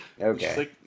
Okay